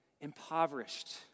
impoverished